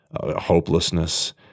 hopelessness